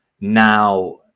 Now